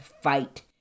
fight